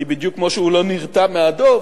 כי בדיוק כמו שהוא לא נרתע מהדוב,